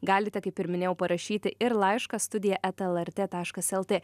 galite kaip ir minėjau parašyti ir laišką studija eta lrt taškas lt